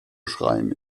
schrein